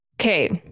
Okay